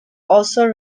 also